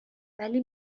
ولی